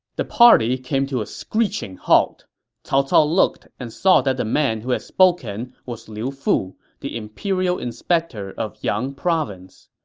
the party came to a screeching halt, and cao cao looked and saw that the man who had spoken was liu fu, the imperial inspector of yang province.